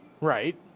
Right